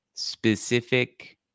Specific